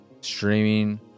streaming